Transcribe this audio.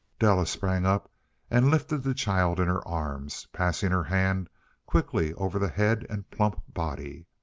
della sprang up and lifted the child in her arms, passing her hand quickly over the head and plump body.